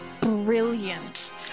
brilliant